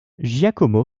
giacomo